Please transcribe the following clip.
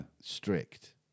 strict